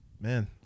Man